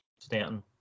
Stanton